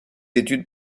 études